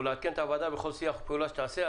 ולעדכן את הוועדה בכל שיח ופעולה שתיעשה.